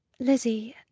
lizzy,